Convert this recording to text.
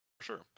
sure